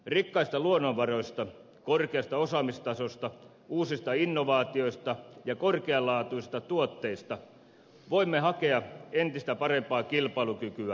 rikkaista luonnonvaroista korkeasta osaamistasosta uusista innovaatioista ja korkealaatuisista tuotteista voimme hakea entistä parempaa kilpailukykyä ja talouskasvua